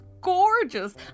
gorgeous